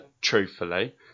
Truthfully